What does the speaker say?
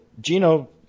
Gino